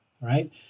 right